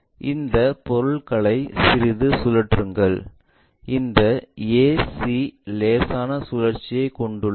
இந்த பொருட்களை சிறிது சுழற்றுங்கள் இந்த ac லேசான சுழற்சியைக் கொண்டுள்ளது